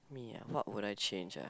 me ah what would I change ah